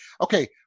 Okay